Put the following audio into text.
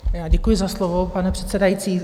Děkuji za slovo, pane předsedající.